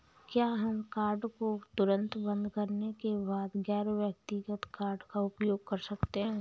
क्या हम कार्ड को तुरंत बंद करने के बाद गैर व्यक्तिगत कार्ड का उपयोग कर सकते हैं?